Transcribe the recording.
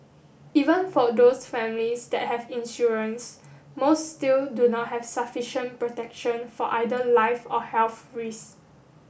even for those families that have insurance most still do not have sufficient protection for either life or health risk